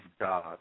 God